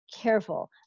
careful